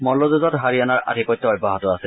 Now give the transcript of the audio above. মল্লযুঁজত হাৰিয়ানাৰ আধিপত্য অব্যাহত আছে